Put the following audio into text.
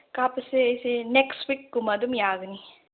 ꯀꯥꯞꯄꯁꯦ ꯑꯩꯁꯦ ꯅꯦꯛꯁ ꯋꯤꯛꯀꯨꯝꯕ ꯑꯗꯨꯝ ꯌꯥꯒꯅꯤ